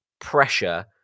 pressure